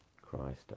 Christ